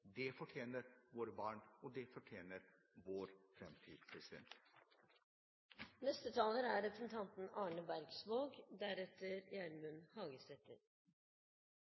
Det fortjener våre barn, og det fortjener vår framtid. Det er